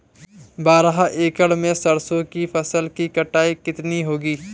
बारह एकड़ में सरसों की फसल की कटाई कितनी होगी?